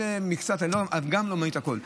אלה מקצת הדברים, ואני גם לא אומר את הכול.